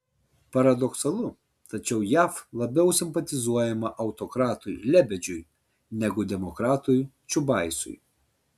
paradoksalu tačiau jav labiau simpatizuojama autokratui lebedžiui negu demokratui čiubaisui